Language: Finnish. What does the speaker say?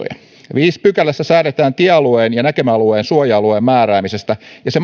kiperiä riitoja viidennessä pykälässä säädetään tiealueen sekä näkemäalueen ja suoja alueen määräämisestä ja se